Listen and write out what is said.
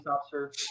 officer